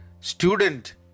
student